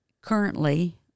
Currently